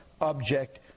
object